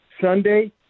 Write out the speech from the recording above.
Sunday